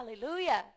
Hallelujah